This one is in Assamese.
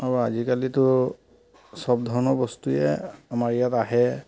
আৰু আজিকালিতো চব ধৰণৰ বস্তুৱে আমাৰ ইয়াত আহে